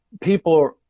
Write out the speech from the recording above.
people